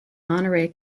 monterey